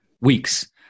weeks